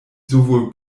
sowohl